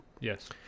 Yes